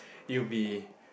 it will be